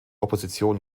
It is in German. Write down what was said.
opposition